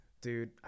dude